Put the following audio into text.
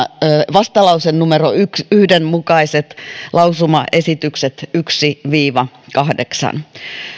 vastalause numero yhden mukaiset lausumaesitykset yksi viiva kahdeksan